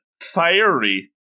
fiery